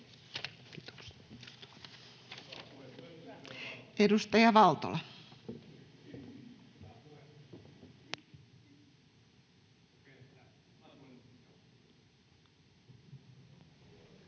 Kiitoksia. Edustaja Valtola. Arvoisa